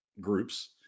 groups